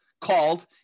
called